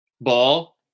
Ball